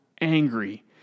angry